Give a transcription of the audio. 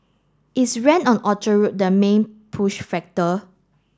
is rent on Orchard Road the main push factor